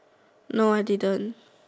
no I didn't